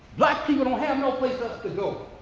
black people don't have no place else to go.